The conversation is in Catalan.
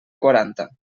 quaranta